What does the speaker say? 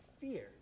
fear